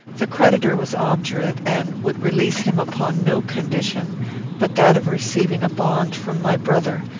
the creditor was obdurate, and would release him upon no condition but that of receiving a bond from my brother,